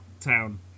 Town